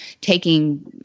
taking